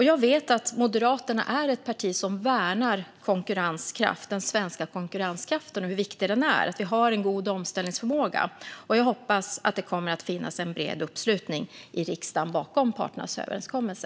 Jag vet att Moderaterna är ett parti som värnar den svenska konkurrenskraften och vet hur viktigt det är att vi har en god omställningsförmåga. Jag hoppas att det kommer att finnas en bred uppslutning i riksdagen bakom parternas överenskommelse.